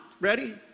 ready